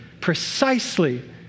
precisely